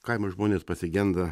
kaimo žmonės pasigenda